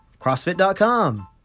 Crossfit.com